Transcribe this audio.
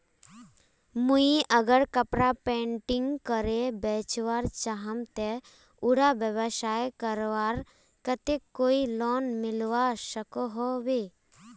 मुई अगर कपड़ा पेंटिंग करे बेचवा चाहम ते उडा व्यवसाय करवार केते कोई लोन मिलवा सकोहो होबे?